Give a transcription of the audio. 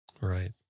Right